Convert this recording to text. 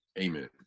Amen